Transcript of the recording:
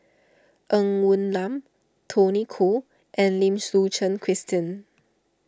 Ng Woon Lam Tony Khoo and Lim Suchen Christine